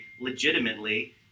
legitimately